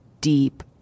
deep